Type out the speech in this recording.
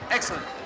Excellent